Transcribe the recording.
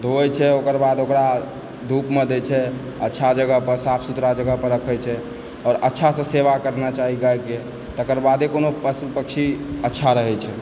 धोय छै ओकर बाद ओकरा धूपमे दए छै अच्छा जगह पर साफ सुथड़ा जगह पर रखै छै आओर अच्छासँ सेवा करना चाही गैके तकर बादे कोनो पशु पक्षी अच्छा रहै छै